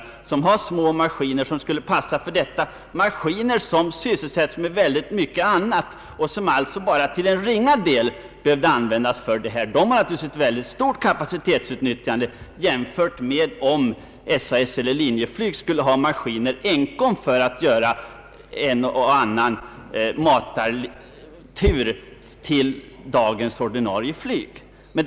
De förfogar över små maskiner som skulle passa för detta ändamål, maskiner som ra till en viss del skulle behöva tas i anspråk för matartrafik. Dessa företag har således bättre kapacitetsutnyttjande än SAS och Linjeflyg skulle nå med särskilda maskiner för en och annan matartur till den ordinarie dagsturen.